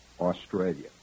Australia